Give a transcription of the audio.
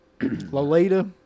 Lolita